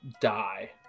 die